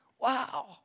Wow